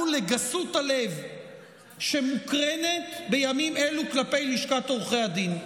לגסות הלב שמוקרנת בימים אלו כלפי לשכת עורכי הדין.